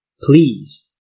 Pleased